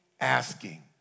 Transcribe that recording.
asking